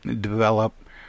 develop